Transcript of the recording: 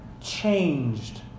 changed